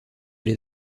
les